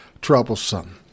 troublesome